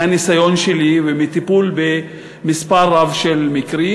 מהניסיון שלי ומטיפול במספר רב של מקרים,